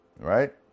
Right